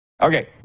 Okay